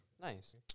Nice